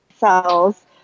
cells